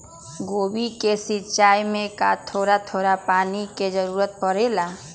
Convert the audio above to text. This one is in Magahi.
गोभी के सिचाई में का थोड़ा थोड़ा पानी के जरूरत परे ला?